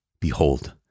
Behold